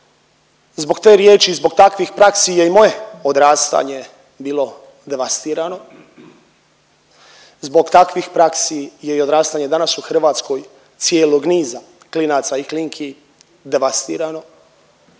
Zbog te riječi i zbog takvih praksi je i moje odrastanje bilo devastirano, zbog takvih praksi je i odrastanje danas u Hrvatskoj cijelog niza klinaca i klinki devastirano